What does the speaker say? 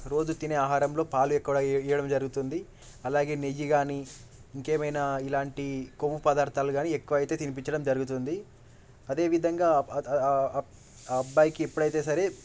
రోజు తినే ఆహారంలో పాలు ఎక్కువగా ఇ ఇవ్వడం జరుగుతుంది అలాగే నెయ్యి కాని ఇంకేమైనా ఇలాంటి కొవ్వు పదార్థాలు కాని ఎక్కువ అయితే తినిపించడం జరుగుతుంది అదేవిధంగా ఆ ఆ అబ్బాయికి ఎప్పుడైతే సరే